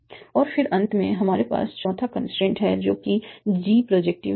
और फिर अंत में हमारे पास चौथा कंस्ट्रेंट है जो कि g प्रोजेक्टिव है